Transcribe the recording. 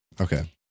Okay